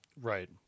Right